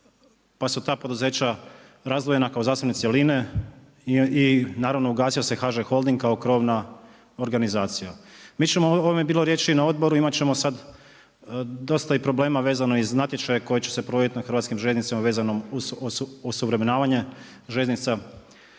pa su ta poduzeća razdvojena kao zasebne cjeline i naravno ugasio se HŽ Holding kao krovna organizacija. O ovome je bilo riječi i na odboru, imat ćemo sad dosta i problema vezano i za natječaj koji će se provoditi na hrvatskih željeznicama vezanom uz osuvremenjavanje željeznica ali